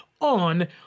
on